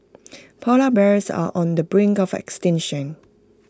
Polar Bears are on the brink of extinction